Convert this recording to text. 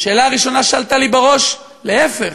השאלה הראשונה שעלתה לי בראש: להפך,